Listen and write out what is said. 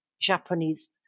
Japanese